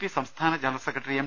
P സംസ്ഥാന general secretary M